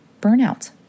burnout